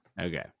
Okay